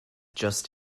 just